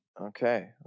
Okay